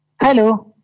Hello